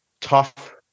tough